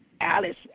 Alice